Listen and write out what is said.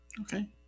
Okay